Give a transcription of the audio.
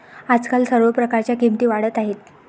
आजकाल सर्व प्रकारच्या किमती वाढत आहेत